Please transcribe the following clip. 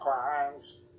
crimes